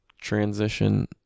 transition